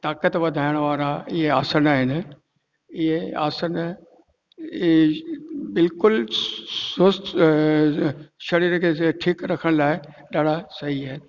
ताक़त वधाइण वारा इहे आसन आहिनि इहे आसन बिल्कुलु स्वस्थ ऐं शरीर खे ठीकु रखण लाइ ॾाढा सही आहिनि